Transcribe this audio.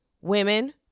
women